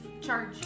Charge